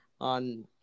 on